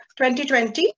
2020